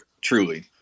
truly